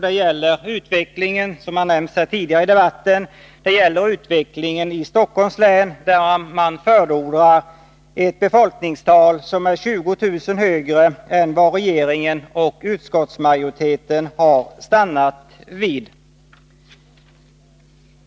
Det gäller — som har nämnts här tidigare i debatten — utvecklingen i Stockholms län. Man förordar där ett befolkningstal som är 20000 högre än vad regeringen och utskottsmajoriteten har stannat för.